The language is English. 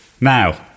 Now